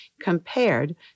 compared